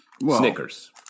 Snickers